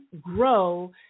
grow